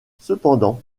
cependant